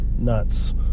nuts